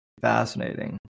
fascinating